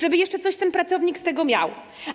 Żeby jeszcze coś ten pracownik z tego miał.